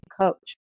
coach